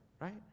right